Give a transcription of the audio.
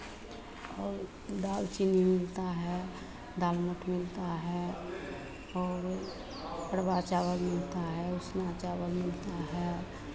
और दालचीनी मिलता है दालमोंठ मिलता है और अरबा चावल मिलता है उसना चावल मिलता है